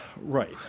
Right